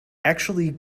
actually